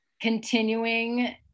continuing